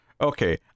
Okay